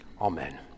Amen